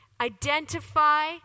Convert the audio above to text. Identify